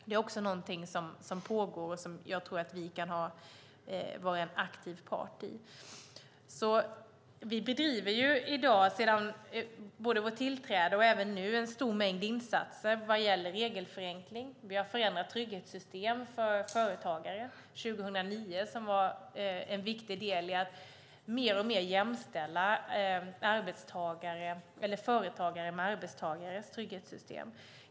Här tror jag att vi kan vara en aktiv part. Vi gör, och har gjort sedan vi tillträdde, en stor mängd insatser vad gäller regelförenkling. Vi förändrade trygghetssystem för företagare 2009, vilket var en viktig del i att mer och mer jämställa företagares trygghetssystem med arbetstagares.